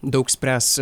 daug spręs